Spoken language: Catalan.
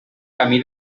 camí